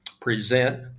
present